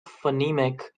phonemic